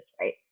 right